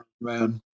man